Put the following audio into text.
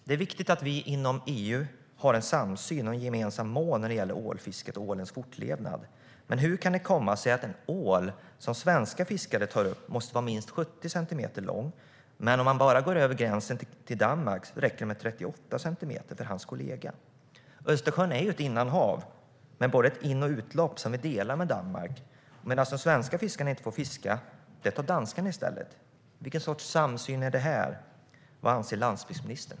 Det är viktigt att vi inom EU har en samsyn och gemensamma mål när det gäller ålfisket och ålens fortlevnad. Men hur kan det komma sig att en ål som svenska fiskare tar upp måste vara minst 70 cm lång, medan det räcker med 38 cm för deras kollegor i Danmark? Östersjön är ett innanhav med ett in och utlopp som vi delar med Danmark, och det som de svenska fiskarna inte får fiska tar danskarna i stället. Vilken sorts samsyn är det här? Vad anser landsbygdsministern?